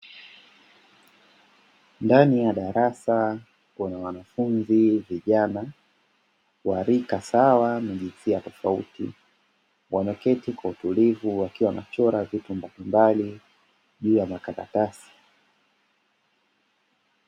Ndani ya darasa kuna wanafunzi vijana, wa rika sawa na jinsia tofauti wameketi kwa utulivu wakiwa wanachora vitu mbalimbali juu ya makaratasi.